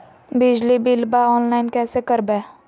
बिजली बिलाबा ऑनलाइन कैसे करबै?